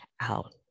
out